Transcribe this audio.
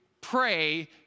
pray